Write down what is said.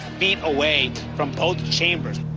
feet away from both chambers.